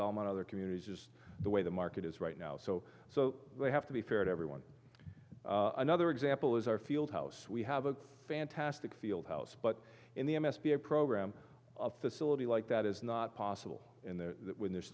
belmont other communities just the way the market is right now so so they have to be fair to everyone another example is our field house we have a fantastic field house but in the m s b a program a facility like that is not possible in